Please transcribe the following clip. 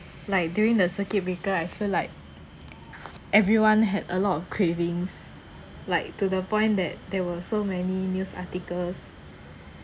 like during the circuit breaker I feel like everyone had a lot of cravings like to the point that there were so many news articles